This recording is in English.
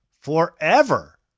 forever